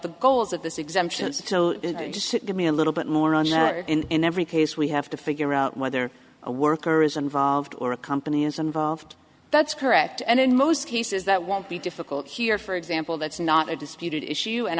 just give me a little bit more on that in every case we have to figure out whether a worker is involved or a company is involved that's correct and in most cases that won't be difficult here for example that's not a disputed issue and